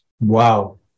Wow